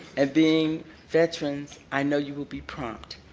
ah being veterans i know you will be prompt.